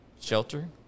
shelter